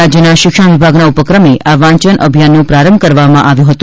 રાજ્યના શિક્ષણ વિભાગના ઉપક્રમે આ વાંચન અભિયાનનો પ્રારંભ કરવામાં આવ્યો હતો